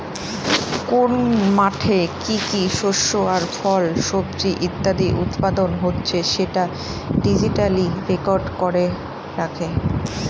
কোন মাঠে কি কি শস্য আর ফল, সবজি ইত্যাদি উৎপাদন হচ্ছে সেটা ডিজিটালি রেকর্ড করে রাখে